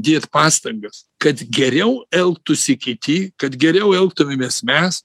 dėt pastangas kad geriau elgtųsi kiti kad geriau elgtumėmės mes